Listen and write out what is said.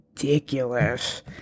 ridiculous